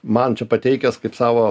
man čia pateikęs kaip savo